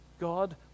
God